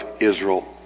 Israel